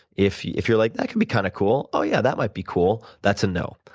if you're if you're like, that could be kind of cool. oh, yeah, that might be cool, that's a no.